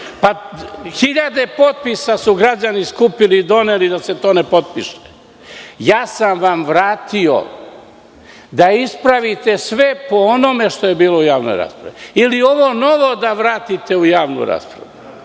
Hiljade potpisa su građani skupili i doneli da se to ne potpiše. Ja sam vam vratio da ispravite sve po onome što je bilo u javnoj raspravi, ili ovo novo da vratite u javnu raspravu.